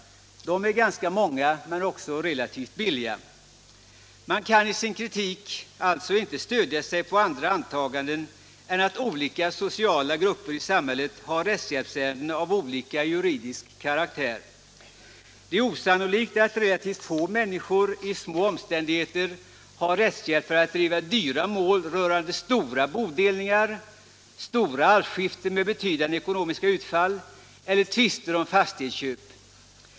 De är ganska många men också relativt billiga. Man kan i sin kritik alltså inte stödja sig på andra antaganden än att olika sociala grupper i samhället har rättshjälpsärenden av olika juridisk karaktär. Det är osannolikt att relativt få människor i små omständigheter har rättshjälp för att driva dyra mål rörande stora bodelningar, arvskiften med betydande ekonomiska utfall eller tvister om fastighetsköp.